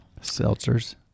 Seltzers